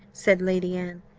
said lady anne,